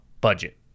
budget